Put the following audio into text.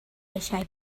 eisiau